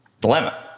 dilemma